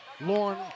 Lauren